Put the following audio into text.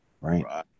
Right